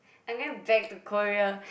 I'm going back to Korea